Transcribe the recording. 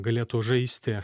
galėtų žaisti